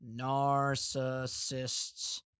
Narcissists